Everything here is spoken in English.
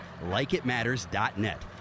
LikeItMatters.net